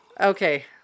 okay